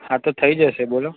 હા તો થઇ જશે બોલો